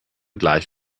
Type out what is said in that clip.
gleich